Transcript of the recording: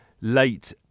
late